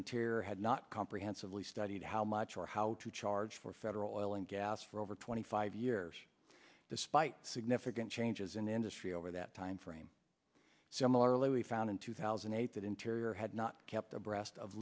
interior had not comprehensively studied how much or how to charge for federal and gas for over twenty five years despite significant changes in the industry over that time frame similarly we found in two thousand and eight that interior had not kept abreast of